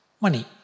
money